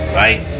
right